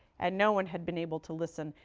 and no one had been able to listen.